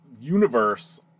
universe